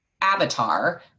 avatar